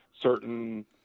certain